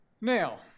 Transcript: Now